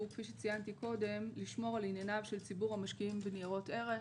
הוא כפי שציינתי קודם לשמור על ענייניו של ציבור המשקיעים בניירות ערך.